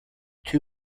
too